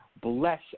bless